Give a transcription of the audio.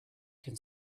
can